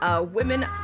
Women